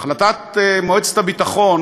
החלטת מועצת הביטחון